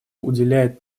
уделяет